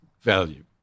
value